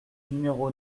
numéro